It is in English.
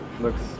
looks